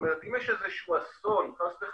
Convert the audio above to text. כלומר אם יש חלילה אסון במצרים,